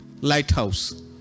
lighthouse